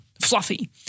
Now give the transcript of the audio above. fluffy